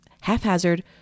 haphazard